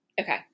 Okay